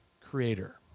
creator